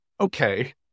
okay